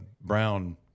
brown